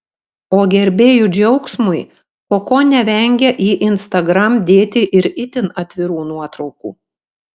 o gerbėjų džiaugsmui koko nevengia į instagram dėti ir itin atvirų nuotraukų